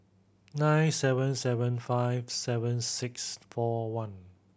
nine seven seven five seven six four one